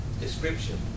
description